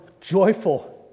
joyful